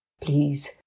Please